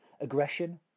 aggression